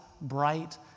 bright